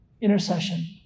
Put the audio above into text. Intercession